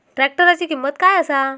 ट्रॅक्टराची किंमत काय आसा?